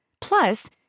Plus